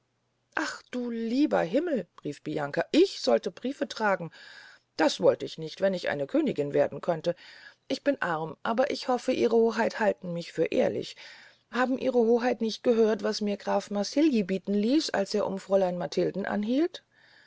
ach du lieber himmel rief bianca ich solte briefe tragen das wollt ich nicht wenn ich eine königin werden könnte ich bin arm aber ich hoffe ihre hoheit halten mich für ehrlich haben ihre hoheit nicht gehört was mir graf marsigli bieten ließ als er um fräulein matilden anhielt